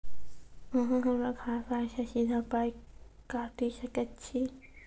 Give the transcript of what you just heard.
अहॉ हमरा खाता सअ सीधा पाय काटि सकैत छी?